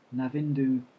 Navindu